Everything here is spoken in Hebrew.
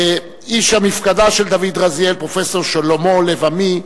איש המפקדה של דוד רזיאל, פרופסור שלמה לב-עמי,